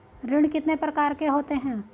ऋण कितने प्रकार के होते हैं?